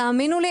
תאמינו לי,